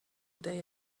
day